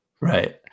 Right